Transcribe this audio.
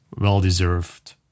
well-deserved